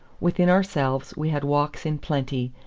within ourselves we had walks in plenty,